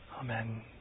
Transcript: Amen